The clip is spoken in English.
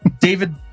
David